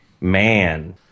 man